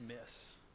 miss